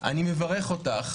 אני מברך אותך,